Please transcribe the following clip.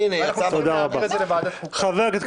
ואנחנו צריכים להעביר את זה לוועדת חוקה.